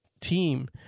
team